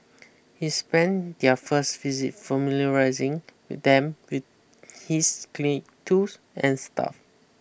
he spend their first visit familiarising them with his clinic tools and staff